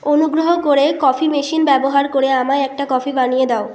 অনুুগ্রহ করে coffee machine ব্যবহার করে আমায় একটা কফি বানিয়ে দাও